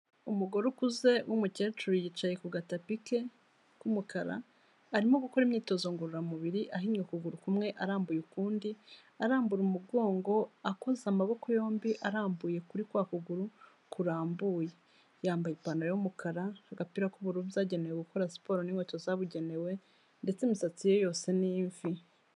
Umugore ukuze w'umukecuru yicaye ku gatapi ke k'umukara, arimo gukora imyitozo ngororamubiri, ahinnye ukuguru kumwe arambuye ukundi, arambura umugongo, akoza amaboko yombi arambuye kuri kwa kuguru kurambuye. Yambaye ipantaro y'umukara, agapira k'ubururu kagenewe gukora siporo n'inkweto zabugenewe ndetse imisatsi ye yose ni imvi.